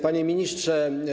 Panie Ministrze!